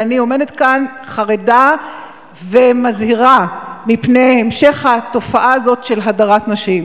ואני עומדת כאן חרדה ומזהירה מפני המשך התופעה הזאת של הדרת נשים.